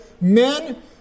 men